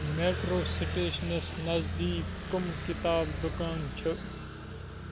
metro سٕٹیشنَس نزدیٖک کَم کِتاب دُکان چھُ